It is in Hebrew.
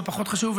מה פחות חשוב,